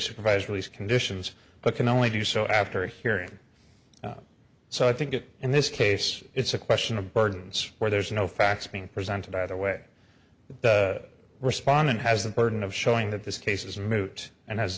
supervised release conditions but can only do so after hearing so i think it in this case it's a question of burdens where there's no facts being presented either way the respondent has the burden of showing that this case is moot and has